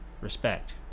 respect